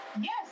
Yes